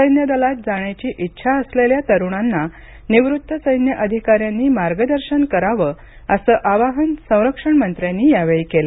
सैन्यदलात जाण्याची इच्छा असलेल्या तरुणांना निवृत्त सैन्य अधिकाऱ्यांनी मार्गदर्शन करावं असं आवाहन संरक्षण मंत्र्यांनी यावेळी केलं